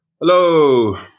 Hello